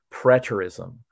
preterism